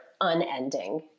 unending